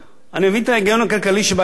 אני מבין את ההיגיון הכלכלי שבהצעה.